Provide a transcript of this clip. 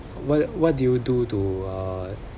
well what do you do to uh